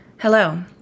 Hello